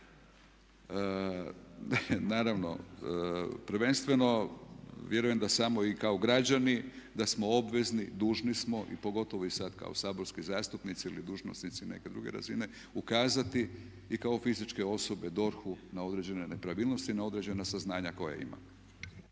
Naravno prvenstveno vjerujem da samo i kao građani da smo obvezni, dužni smo i pogotovo i sad kao saborski zastupnici ili dužnosnici neke druge razine ukazati i kao fizičke osobe DORH-u na određene nepravilnosti, na određena saznanja koja ima.